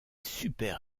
super